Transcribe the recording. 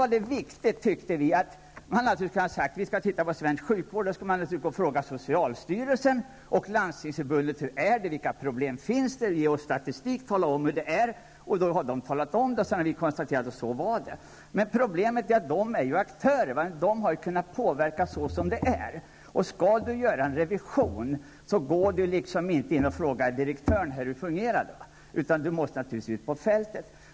Man kunde naturligtvis när man studerar svensk sjukvård säga att man skall fråga socialstyrelsen och Landstingsförbundet vilka problem som finns. Ge oss statistik och tala om hur det är! Sedan man fått besked skulle man sedan kunna konstatera hur det är ställt. Men problemet är ju att dessa instanser är aktörer. De har själva kunnat påverka det läge som råder. Skall man göra en revision frågar man inte direktören hur det fungerar, utan man måste naturligtvis gå ut på fältet.